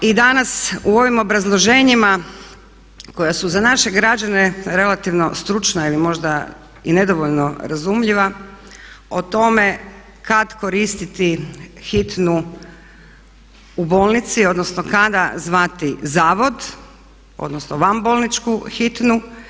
I danas u ovim obrazloženjima koja su za naše građane relativno stručna ili možda i nedovoljno razumljiva o tome kada koristiti hitnu u bolnicu, odnosno kada zvati zavod, odnosno vanbolničku hitnu.